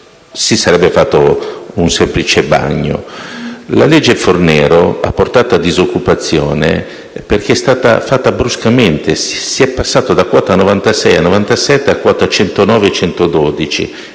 si sarebbe fatto un semplice bagno. La legge Fornero ha portato disoccupazione perché è stata varata bruscamente; si è infatti passati da una quota 96-97 a una quota 109-112,